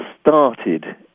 started